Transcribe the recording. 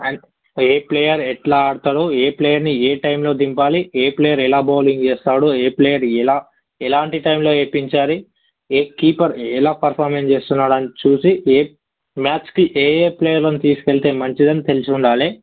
and ఏ player ఎలా ఆడతాడు ఏ ప్లేయర్ని ఏ టైంలో దింపాలి ఏ ప్లేయర్ ఎలా బౌలింగ్ చేస్తాడు ఏ ప్లేయర్ ఎలా ఎలాంటి టైంలో వేయింపించాలి ఏ కీపర్ ఎలా పెర్ఫార్మెన్స్ చేస్తున్నాడు అని చూసి ఏ మ్యాచ్కి ఏయే ప్లేయర్స్ని తీసుకేళ్తే మంచిది అని తెలిసి ఉండాలి